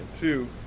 two